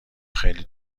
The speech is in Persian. خیلی